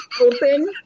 open